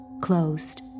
closed